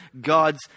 God's